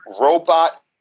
Robot